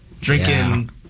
drinking